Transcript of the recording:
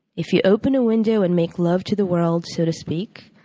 if you open a window and make love to the world, so to speak,